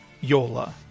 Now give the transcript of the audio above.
Yola